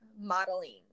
modeling